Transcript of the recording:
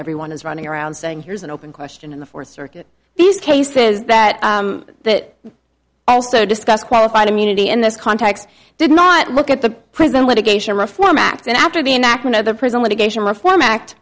everyone is running around saying here's an open question in the fourth circuit these cases that that also discussed qualified immunity in this context did not look at the prison litigation reform act and after the enactment of the prison litigation reform act